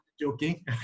joking